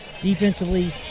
Defensively